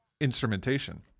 instrumentation